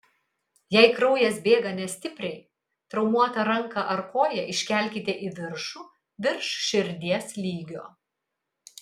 jei kraujas bėga nestipriai traumuotą ranką ar koją iškelkite į viršų virš širdies lygio